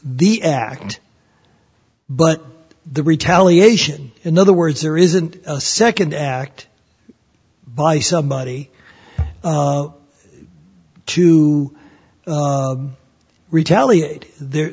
the act but the retaliation in other words there isn't a second act by somebody to retaliate there